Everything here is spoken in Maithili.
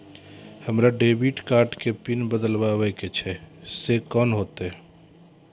हमरा डेबिट कार्ड के पिन बदलबावै के छैं से कौन होतै?